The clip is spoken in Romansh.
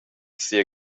sia